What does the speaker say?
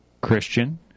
Christian